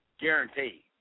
guarantee